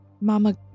Mama